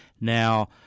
Now